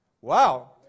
wow